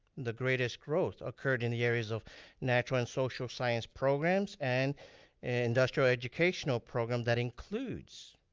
the greatest growth occurred in the areas of natural and social science programs and industrial education program that includes,